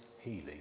healing